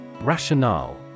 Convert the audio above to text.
Rationale